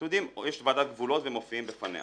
אתם יודעים, יש ועדת גבולות ומופיעים בפניה